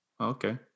okay